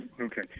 okay